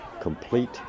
complete